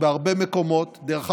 ובתוקף